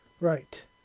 Right